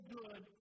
good